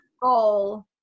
goal